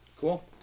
Cool